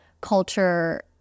culture